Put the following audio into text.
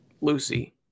Lucy